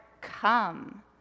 Come